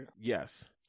Yes